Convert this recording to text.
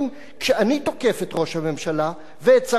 כשאני תוקף את ראש הממשלה ואת שר הביטחון,